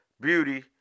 beauty